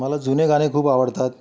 मला जुने गाणे खूप आवडतात